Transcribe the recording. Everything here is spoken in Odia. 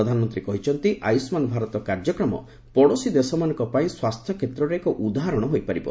ପ୍ରଧାନମନ୍ତ୍ରୀ କହିଛନ୍ତି ଆୟୁଷ୍ମାନ୍ ଭାରତ କାର୍ଯ୍ୟକ୍ରମ ପଡ଼ୋଶୀ ଦେଶମାନଙ୍କ ପାଇଁ ସ୍ୱାସ୍ଥ୍ୟ କ୍ଷେତ୍ରରେ ଏକ ଉଦାହରଣ ହୋଇପାରିବ